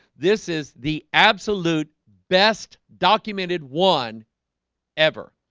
this is the absolute best documented one ever